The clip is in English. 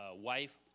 wife